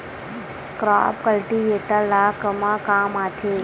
Crop cultivator ला कमा काम आथे?